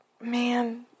Man